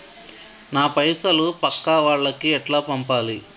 నా పైసలు పక్కా వాళ్లకి ఎట్లా పంపాలి?